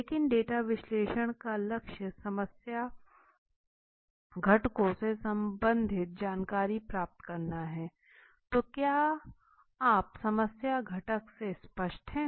इसलिए डेटा विश्लेषण का लक्ष्य समस्या घटकों से संबंधित जानकारी प्रदान करना है तो क्या आप समस्या घटक से स्पष्ट हैं